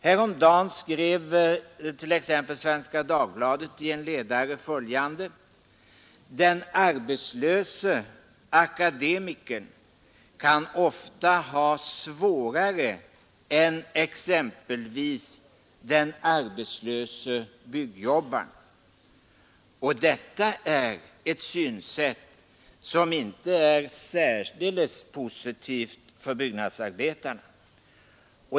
Häromdagen skrev t.ex. Svenska Dagbladet i en ledare följande: ”Den arbetslöse akademikern kan ofta ha det svårare än exempelvis den arbetslöse byggjobbaren.” Detta är ett synsätt som inte är särdeles positivt för byggnadsarbetarna.